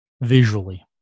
visually